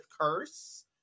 curse